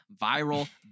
Viral